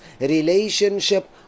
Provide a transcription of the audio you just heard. relationship